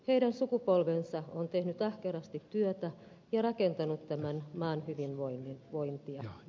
heidän sukupolvensa on tehnyt ahkerasti työtä ja rakentanut tämän maan hyvinvointia